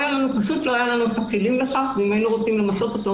פשוט לא היו לנו הכלים לכך ואם היינו רוצים למצות אותו